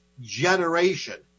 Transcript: generation